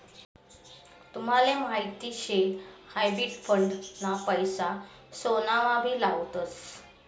तुमले माहीत शे हायब्रिड फंड ना पैसा सोनामा भी लावतस